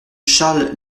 charles